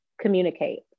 communicate